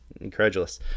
incredulous